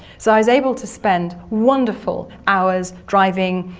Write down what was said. so i was able to spend wonderful hours driving,